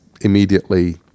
immediately